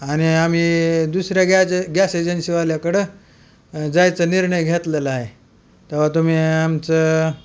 आणि आम्ही दुसऱ्या गॅज गॅस एजन्सीवाल्याकडं जायचं निर्णय घेतलेलं आहे तेव्हा तुम्ही आमचं